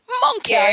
Monkey